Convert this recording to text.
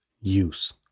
use